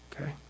Okay